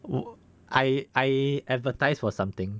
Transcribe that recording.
我 I I advertise for something